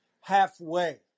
halfway